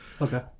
Okay